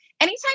Anytime